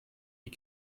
die